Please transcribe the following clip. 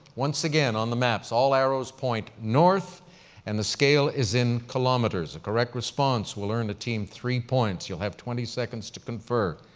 once again, on the maps, all arrows point north and the scale is in kilometers. the correct response will earn the team three points. you'll have twenty seconds to confer.